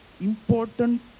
important